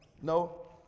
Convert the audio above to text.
No